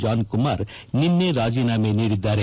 John Kumar ನಿನ್ನೆ ರಾಜೀನಾಮೆ ನೀಡಿದ್ದಾರೆ